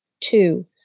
Two